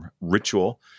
ritual